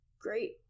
great